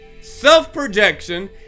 self-projection